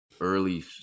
early